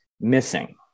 missing